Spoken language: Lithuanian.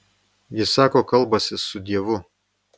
jis sako kalbąsis su dievu